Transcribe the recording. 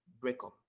breakup